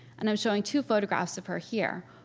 and i'm showing two photographs of her here,